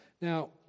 Now